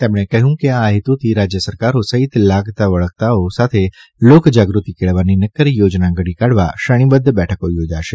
તેમણે કહ્યું કે આ હેતુથી રાજ્ય સરકારો સહિત લાગતા વળગતાઓ સાથે લોકજાગૃતિ કેળવવાની નક્કર યોજના ધડી કાઢવા શ્રેણીબદ્ધ બેઠકો યોજાશે